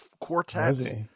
quartet